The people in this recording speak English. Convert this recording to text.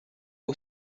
who